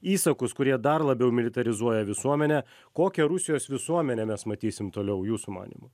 įsakus kurie dar labiau militarizuoja visuomenę kokią rusijos visuomenę mes matysim toliau jūsų manymu